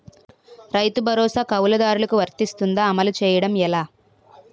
రైతు భరోసా కవులుదారులకు వర్తిస్తుందా? అమలు చేయడం ఎలా